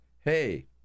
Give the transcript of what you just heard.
hey